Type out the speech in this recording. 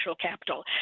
capital